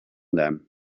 them